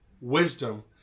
wisdom